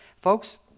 Folks